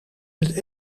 het